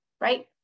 right